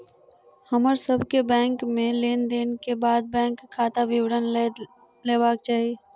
हमर सभ के बैंक में लेन देन के बाद बैंक खाता विवरण लय लेबाक चाही